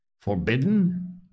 forbidden